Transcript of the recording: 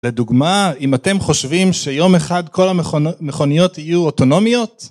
לדוגמה אם אתם חושבים שיום אחד כל המכוניות יהיו אוטונומיות